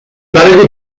better